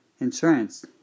insurance